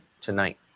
tonight